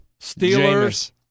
Steelers